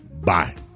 Bye